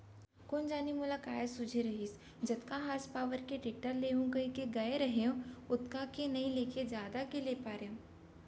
कोन जनी मोला काय सूझे रहिस जतका हार्स पॉवर के टेक्टर लेहूँ कइके गए रहेंव ओतका के नइ लेके जादा के ले पारेंव